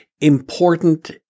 important